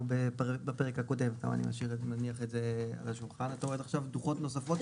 בפרק הקודם ועכשיו את אומרת דוחות נוספים.